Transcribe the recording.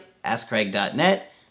AskCraig.net